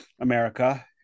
america